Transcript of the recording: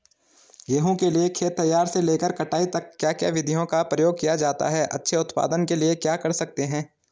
गेहूँ के लिए खेत तैयार से लेकर कटाई तक क्या क्या विधियों का प्रयोग किया जाता है अच्छे उत्पादन के लिए क्या कर सकते हैं?